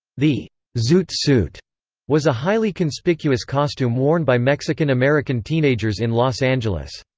the zoot suit was a highly conspicuous costume worn by mexican american teenagers in los angeles.